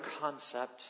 concept